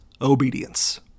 Obedience